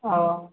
और